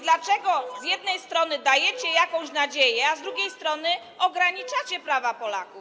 Dlaczego z jednej strony dajecie jakąś nadzieję, a z drugiej strony ograniczacie prawa Polaków?